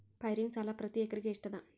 ಪೈರಿನ ಸಾಲಾ ಪ್ರತಿ ಎಕರೆಗೆ ಎಷ್ಟ ಅದ?